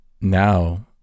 now